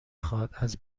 خواد، از